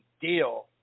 deal